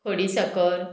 खडीसाकर